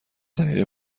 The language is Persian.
دقیقه